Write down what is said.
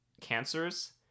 cancers